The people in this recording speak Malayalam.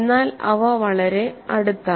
എന്നാൽ അവ വളരെ അടുത്താണ്